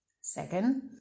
Second